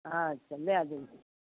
अच्छा दए देबै